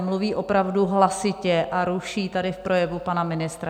Mluví opravdu hlasitě a ruší tady v projevu pana ministra.